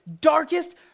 darkest